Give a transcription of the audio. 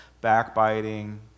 backbiting